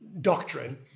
Doctrine